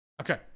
Okay